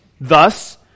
Thus